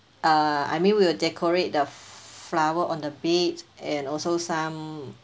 uh I mean we'll decorate the flower on the bed and also some